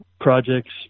projects